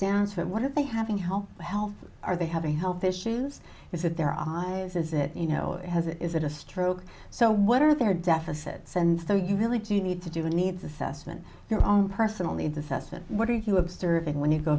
down to it what are they having how healthy are they having health issues is it their eyes is it you know has it is it a stroke so what are their deficits and so you really do need to do the needs assessment your own personal needs assessment what are you observing when you go